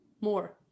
more